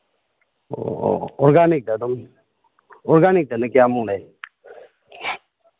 ꯑꯣ ꯑꯣ ꯑꯣꯔꯒꯥꯅꯤꯛꯇ ꯑꯗꯨꯝ ꯑꯣꯔꯒꯥꯅꯤꯛꯇꯅ ꯀꯌꯥꯃꯨꯛ ꯂꯩ